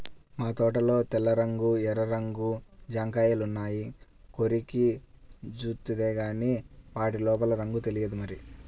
మా తోటలో తెల్ల రంగు, ఎర్ర రంగు జాంకాయలున్నాయి, కొరికి జూత్తేగానీ వాటి లోపల రంగు తెలియదు మరి